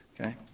okay